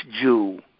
Jew